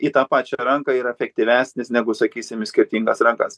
į tą pačią ranką yra efektyvesnis negu sakysim į skirtingas rankas